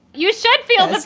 you should feel the